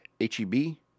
H-E-B